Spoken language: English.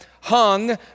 hung